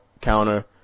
counter